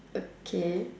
okay